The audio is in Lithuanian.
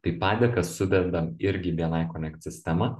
tai padėkas sudedam irgi į bni konekt sistemą